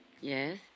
Yes